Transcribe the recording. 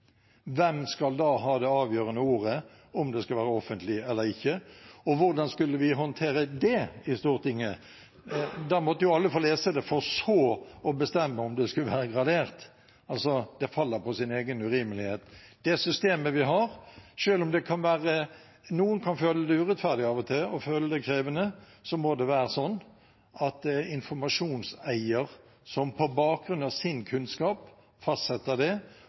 Hvem skal da ha det avgjørende ordet om det skal være offentlig eller ikke, og hvordan skulle vi håndtere det i Stortinget? Da måtte alle få lese det for så å bestemme om det skulle være gradert. Det faller på sin egen urimelighet. Det er det systemet vi har, og selv om noen kan føle det urettferdig og krevende av og til, må det være sånn at det er informasjonseier som på bakgrunn av sin kunnskap fastsetter det,